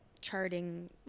charting